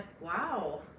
wow